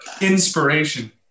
inspiration